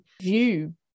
view